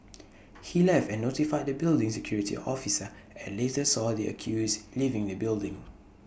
he left and notified the building's security officer and later saw the accused leaving the building